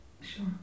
Sure